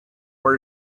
were